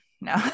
No